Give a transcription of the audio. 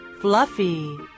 Fluffy